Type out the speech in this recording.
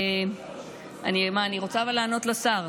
אבל אני רוצה לענות לשר.